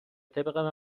طبق